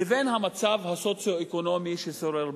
לבין המצב הסוציו-אקונומי ששורר במדינה.